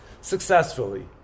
successfully